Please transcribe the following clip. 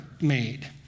made